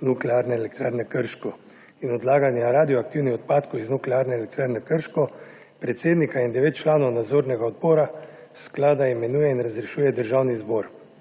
Nuklearne elektrarne Krško in odlaganja radioaktivnih odpadkov iz Nuklearne elektrarne Krško predsednika in devet članov nadzornega odbora sklada imenuje in razrešuje Državni zbor.